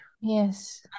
yes